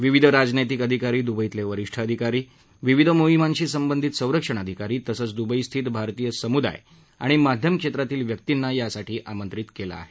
विविध राजनैतिक अधिकारी दुबईतले वरीष्ठ अधिकारी विविध मोहीमांशी संबंधित संरक्षण अधिकारी तसंच दुबईस्थित भारतीय समुदाय आणि माध्यम क्षेत्रातील व्यक्तींना यासाठी आमंत्रित करण्यात आलं आहे